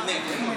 רון כץ כבר נימק.